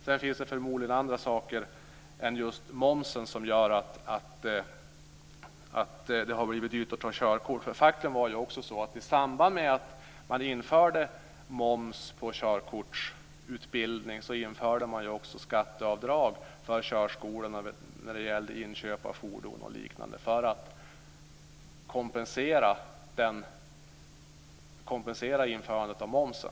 Sedan finns det förmodligen andra saker än just momsen som gör att det har blivit dyrt att ta körkort. Faktum är ju att i samband med att man införde moms på körkortsutbildning så införde man också skatteavdrag för körskolorna när det gällde inköp av fordon för att kompensera införandet av momsen.